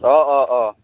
অঁ অঁ অঁ